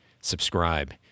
subscribe